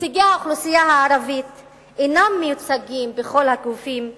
נציגי האוכלוסייה הערבית אינם מיוצגים בכל הגופים התכנוניים,